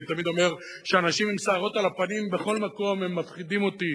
אני תמיד אומר שאנשים עם שערות על הפנים בכל מקום מפחידים אותי